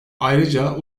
ayrıca